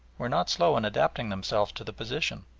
were not slow in adapting themselves to the position.